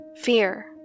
fear